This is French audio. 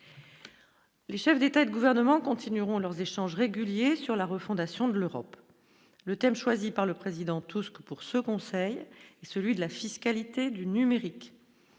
Les chefs d'État et de gouvernement continueront leurs échanges réguliers sur la refondation de l'Europe, le thème choisi par le président, tout ce que pour ce conseil et celui de la fiscalité du numérique,